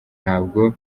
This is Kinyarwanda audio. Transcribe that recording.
ntabwo